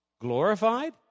glorified